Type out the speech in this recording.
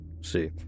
See